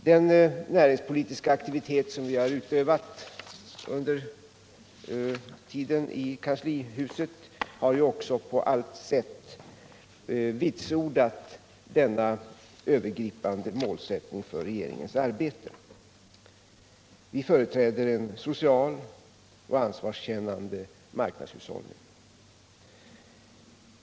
Den näringspoltiska aktivitetet som vi har utövat under tiden i kanslihuset har ju också på allt sätt bekräftat detta övergripande mål för regeringens arbete. Vi företräder en social och ansvarskännande marknadshushållning.